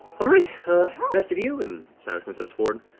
all right. rest of you. and cyrus steps forward.